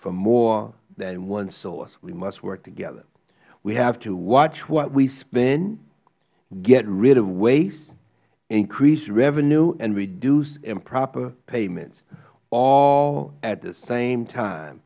from more than one source we must work together we have to watch what we spend get rid of waste increase revenue and reduce improper payments all at the same time